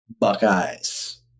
Buckeyes